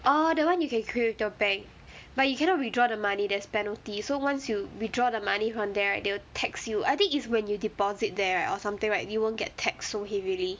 orh that [one] you can create your bank but you cannot withdraw the money there's penalty so once you withdraw the money from there right they will tax you I think is when you deposit there right or something right you won't get taxed so heavily